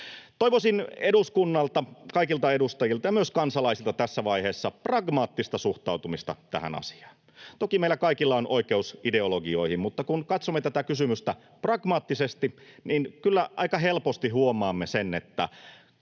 Toivoisin eduskunnalta, kaikilta edustajilta ja myös kansalaisilta tässä vaiheessa pragmaattista suhtautumista tähän asiaan. Toki meillä kaikilla on oikeus ideologioihin, mutta kun katsomme tätä kysymystä pragmaattisesti, niin kyllä aika helposti huomaamme sen, että